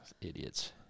Idiots